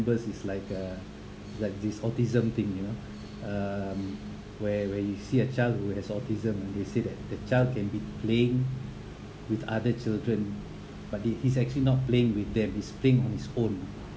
because is like uh like this autism thing you know um where where you see a child who has autism and they say that the child can be playing with other children but they he's actually not playing with them he's playing on his own you know